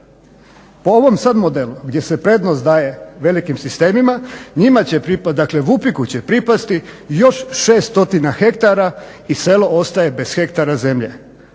Po ovom sad modelu gdje se prednost daje velikim sistemima Vupiku će pripasti još 600 hektara i selo ostaje bez hektara zemlje.